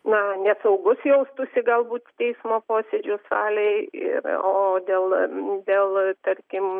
na nesaugus jaustųsi galbūt teismo posėdžių salėj ir o dėl dėl tarkim